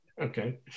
Okay